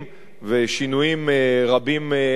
ושינויים רבים אחרים,